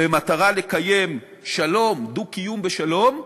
במטרה לקיים דו-קיום בשלום,